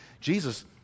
Jesus